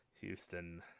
Houston